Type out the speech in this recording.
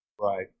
Right